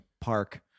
Park